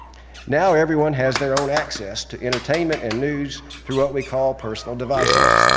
now everyone has their own access to entertainment and news through what we call personal devices.